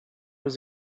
was